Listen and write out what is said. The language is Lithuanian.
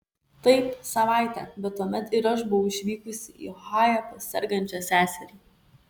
taip savaitę bet tuomet ir aš buvau išvykusi į ohają pas sergančią seserį